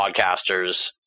podcasters